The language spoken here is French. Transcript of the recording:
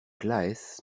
claës